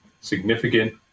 significant